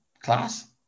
Class